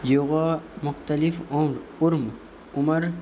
یوگا مختلف عمر عمر